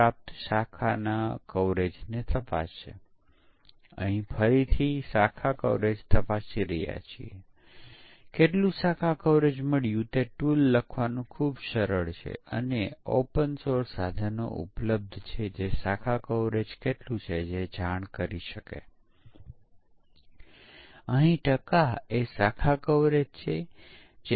black box માં આપણે જેમ કહી રહ્યા છીએ કે આપણે ફક્ત ઇનપુટ આઉટપુટ વર્તન જોઈએ છીએ